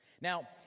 Now